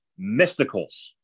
Mysticals